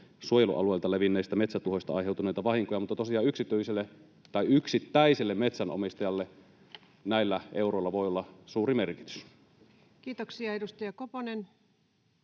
suojelualueilta levinneistä metsätuhoista aiheutuneita vahinkoja, mutta tosiaan yksittäiselle metsänomistajalle näillä euroilla voi olla suuri merkitys. [Speech 107] Speaker: